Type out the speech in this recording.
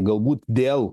galbūt dėl